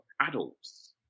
adults